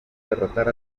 derrotar